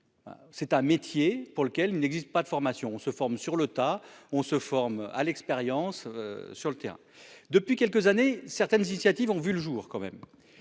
C'est un métier pour lequel il n'existe pas de formation on se forme sur le tas, on se forme à l'expérience sur le terrain depuis quelques années, certaines initiatives ont vu le jour quand même.